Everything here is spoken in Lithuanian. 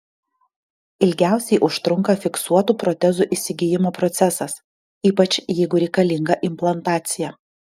ilgiausiai užtrunka fiksuotų protezų įsigijimo procesas ypač jeigu reikalinga implantacija